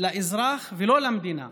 לא לאזרח ולא למדינה: